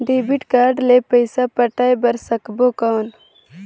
Debit card ले पइसा पटाय बार सकबो कौन?